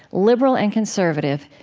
liberal and conservative,